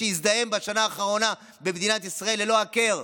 שהזדהם בשנה האחרונה במדינת ישראל ללא היכר,